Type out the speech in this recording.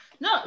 No